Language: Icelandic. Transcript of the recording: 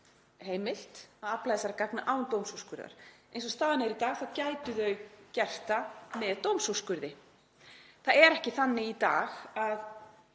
heimilt að afla þessara gagna án dómsúrskurðar. Eins og staðan er í dag þá gætu þau gert það með dómsúrskurði. Það er ekki þannig í dag að